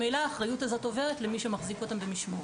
האחריות הזאת ממילא עוברת למי שמחזיק אותם במשמורת.